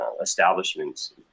establishments